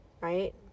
Right